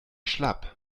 schlapp